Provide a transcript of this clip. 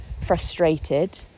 frustrated